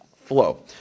flow